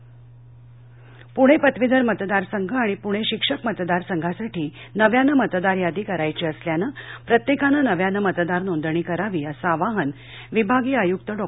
पदवीधरशिक्षक पूणे पदवीधर मतदारसंघ आणि पूणे शिक्षक मतदार संघासाठी नव्यानं मतदारयादी करायची असल्यानं प्रत्येकानं नव्यानं मतदार नोंदणी करावी असं आवाहन विभागीय आयुक्त डॉ